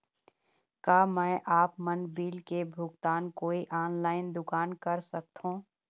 का मैं आपमन बिल के भुगतान कोई ऑनलाइन दुकान कर सकथों?